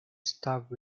stab